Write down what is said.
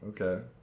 Okay